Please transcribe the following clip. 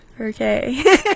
Okay